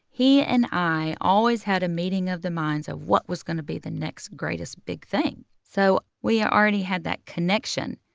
he and i always had a meeting of the minds of what was going to be the next greatest big thing. so we ah already had that connection.